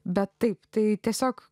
bet taip tai tiesiog